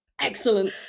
Excellent